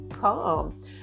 calm